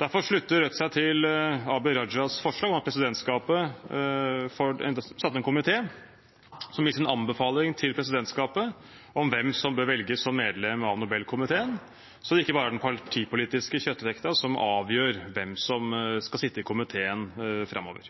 Derfor slutter Rødt seg til Abid Rajas forslag om at presidentskapet setter ned en komité som gir sin anbefaling til presidentskapet om hvem som bør velges som medlem av Nobelkomiteen, så det ikke bare er den partipolitiske kjøttvekta som avgjør hvem som skal sitte i komiteen framover.